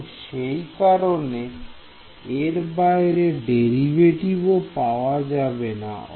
এবং সেই কারণে এর বাইরে ডেরিভেটিভ ও পাওয়া যাবে না